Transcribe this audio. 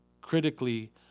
critically